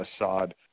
Assad